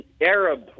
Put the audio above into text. Arab